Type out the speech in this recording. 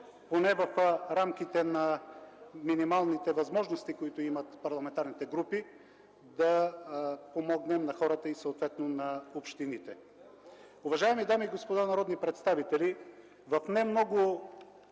поне в рамките на минималните възможности, които имат парламентарните групи, хората и общините. Уважаеми дами и господа народни представители, в немного